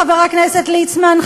חבר הכנסת ליצמן,